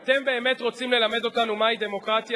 אתה ציטטת את נחמן שי